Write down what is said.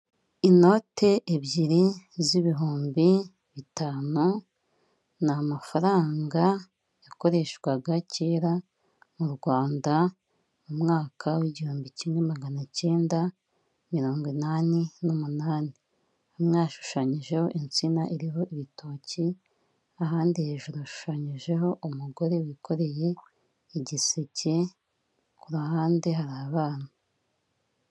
Inote ebyiri z'ibihumbi bitanu ni amafaranga yakoreshwaga kera mu Rwanda mu mwaka w'igihumbi kimwe magana cyenda mirongo inani n'umunani, hamwe hashushanyijeho insina iriho ibitoki, ahandi hejuru yashushanyijeho umugore wikoreye igiseke, ku ruhande hari abana.